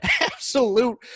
absolute